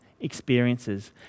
experiences